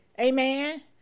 amen